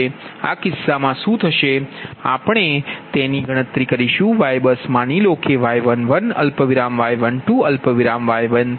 આ કિસ્સામાં શું થશે આપણે તેની ગણતરી કરીશું YBUS માની લો કે તે Y11 Y12 Y13Y14 હશે